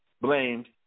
blamed